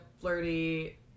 flirty